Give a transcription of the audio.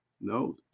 No